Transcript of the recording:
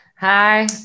Hi